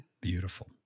Beautiful